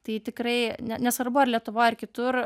tai tikrai ne nesvarbu ar lietuvoje ar kitur